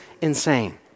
insane